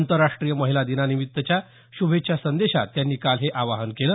आंतरराष्टीय महिला दिनानिमित्तच्या श्रभेच्छा संदेशात त्यांनी काल हे आवाहन केलं